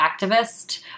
activist